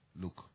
look